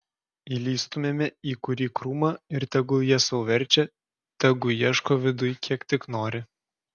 įlįstumėme į kurį krūmą ir tegu jie sau verčia tegu ieško viduj kiek tik nori